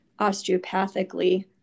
osteopathically